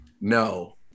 No